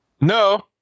No